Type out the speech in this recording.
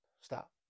Stop